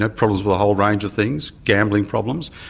ah problems with a whole range of things. gambling problems.